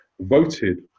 voted